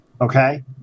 Okay